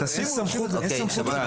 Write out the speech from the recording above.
חבר'ה,